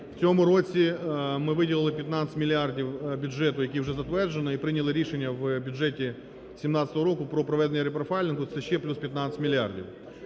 У цьому році ми виділили 15 мільярдів бюджету, який вже затверджений, і прийняли рішення в бюджеті 17-го року про проведення репрофайлінгу, це ще плюс 15 мільярдів.